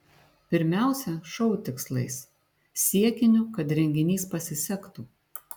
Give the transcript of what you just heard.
pirmiausia šou tikslais siekiniu kad renginys pasisektų